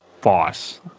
boss